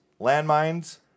Landmines